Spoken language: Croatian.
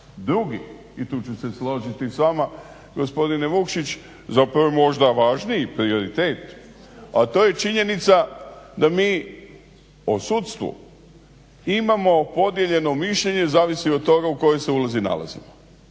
Drugi, i tu ću se složiti s vama gospodine Vukšić, zapravo možda važniji prioritet a to je činjenica da mi o sudstvu imamo podijeljeno mišljenje zavisi od toga u kojoj se ulozi nalazimo.